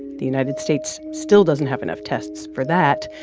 the united states still doesn't have enough tests for that.